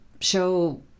show